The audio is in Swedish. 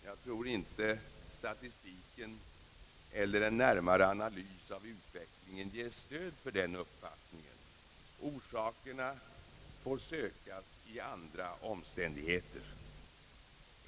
Jag tror inte att statistiken eller en närmare analys av utvecklingen ger stöd för denna uppfattning. Orsakerna får sökas i andra omständigheter.